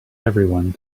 everyone